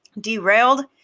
derailed